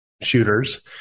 shooters